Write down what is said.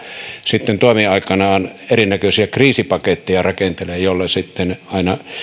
sitten toimiaikanaan erinäköisiä kriisipaketteja rakentelee joilla sitten aina